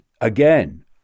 again